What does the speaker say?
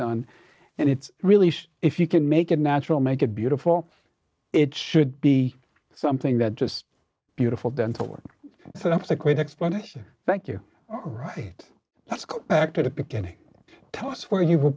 done and it's released if you can make it natural make it beautiful it should be something that just beautiful dental work so that's a great explanation thank you all right let's go back to the beginning tell us where you were